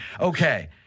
Okay